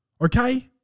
Okay